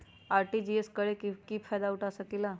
RTGS करे से की फायदा उठा सकीला?